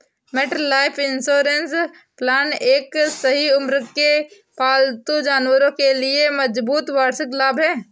MetLife insurance plan एक सभी उम्र के पालतू जानवरों के लिए मजबूत वार्षिक लाभ है